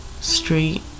street